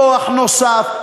כוח נוסף,